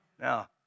Now